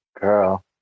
girl